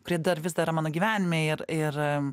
kurie dar vis dar yra mano gyvenime ir ir